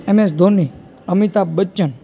MS Dhoni Amitabh Bachchan